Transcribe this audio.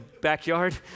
backyard